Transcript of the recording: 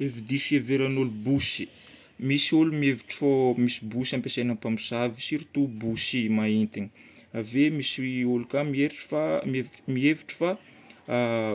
Hevidiso iheveran'olo bosy: misy olo mihevitry fô misy bosy ampiasaina mpamosavy, surtout bosy mahintiny. Ave misy olo koa miheriitry fa- mihevitry fa